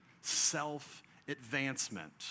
self-advancement